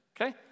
Okay